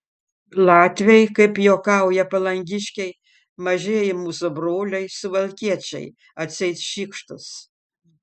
latviai kaip juokauja palangiškiai mažieji mūsų broliai suvalkiečiai atseit šykštūs